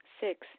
Six